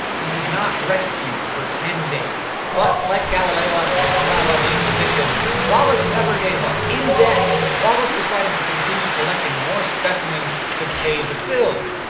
he was not rescued for ten days. but, like galileo after his trial by the inquisition, wallace never gave up. in debt, wallace decided to continue collecting more specimens to pay the bills,